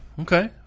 okay